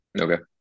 Okay